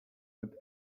that